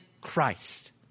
Christ